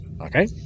Okay